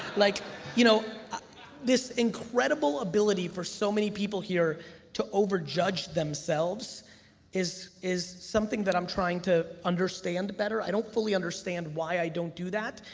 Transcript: like you know this incredible ability for so many people here to over judge themselves is is something that i'm trying to understand better. i don't fully understand why i don't do that.